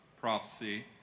prophecy